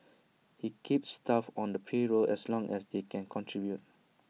he keeps staff on the payroll as long as they can contribute